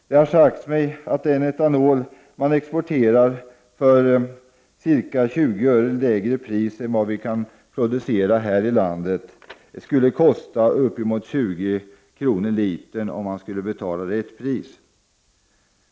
Det har sagts mig att etanol, som nu exporteras till cirka 20 öre lägre pris än vad vi kan producera den för här i landet, skulle kosta uppemot 20 kr. litern om man skulle betala rätt pris.